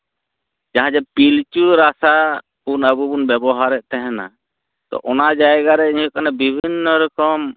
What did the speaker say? ᱡᱟᱦᱟᱸ ᱫᱚ ᱯᱤᱞᱪᱩ ᱨᱟᱥᱟ ᱩᱱ ᱟᱵᱚ ᱵᱚᱱ ᱵᱮᱵᱚᱦᱟᱨᱮᱫ ᱛᱟᱦᱮᱱᱟ ᱛᱚ ᱚᱱᱟ ᱡᱟᱭᱜᱟ ᱨᱮ ᱧᱩᱭ ᱦᱩᱭᱩᱜ ᱠᱟᱱᱟ ᱵᱤᱵᱷᱤᱱᱱᱚ ᱨᱚᱠᱚᱢ